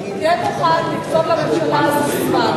שתהיה מוכן לקצוב לממשלה הזאת זמן,